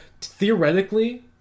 theoretically